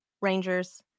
Rangers